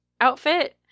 outfit